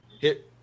hit